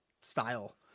style